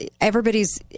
everybody's